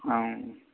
অঁ